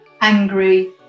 angry